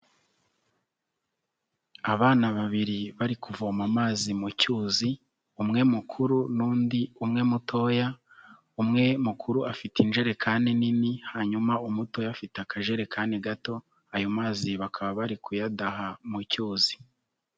Abana babiri bari kuvoma amazi mu cyuzi, umwe mukuru n'undi umwe mutoya, umwe mukuru afite injerekani nini, hanyuma umutoya afite akajerekani gato, ayo mazi bakaba bari kuyadaha mu cyuzi.